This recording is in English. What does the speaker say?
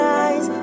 eyes